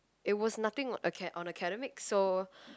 it was nothing aca~ on academics so